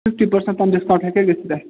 fifty percent تام discount ہٮ۪کھا گٔژھِتھ اَسہِ